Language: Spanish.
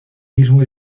mismo